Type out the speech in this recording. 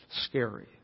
scary